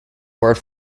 word